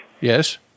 Yes